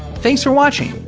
thanks for watching!